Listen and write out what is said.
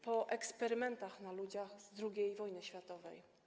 Po eksperymentach na ludziach z okresu II wojny światowej.